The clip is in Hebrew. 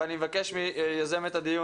ואני מבקש מיוזמת הדיון,